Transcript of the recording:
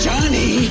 Johnny